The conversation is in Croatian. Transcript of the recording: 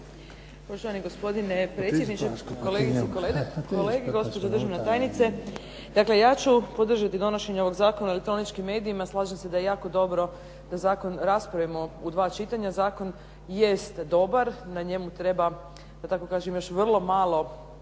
Poštovani gospodine predsjedniče. Kolegice i kolege, gospođo državna tajnice. Dakle ja ću podržati donošenje ovog Zakona o elektroničkim medijima. Slažem se da je jako dobro da zakon raspravimo u dva čitanja. Zakon jest dobar, na njemu treba da tako kažem još vrlo malo